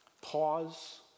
Pause